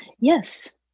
Yes